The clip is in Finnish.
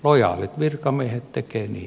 lojaalit virkamiehet tekevät niin